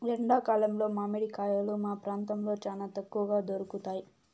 ఎండా కాలంలో మామిడి కాయలు మా ప్రాంతంలో చానా తక్కువగా దొరుకుతయ్